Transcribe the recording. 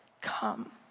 come